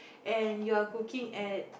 and you're cooking at